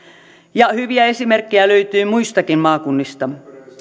ja hyviä esimerkkejä löytyy muistakin maakunnista